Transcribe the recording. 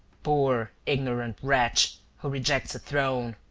poor, ignorant wretch, who rejects a throne!